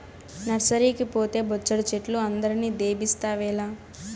నర్సరీకి పోతే బొచ్చెడు చెట్లు అందరిని దేబిస్తావేల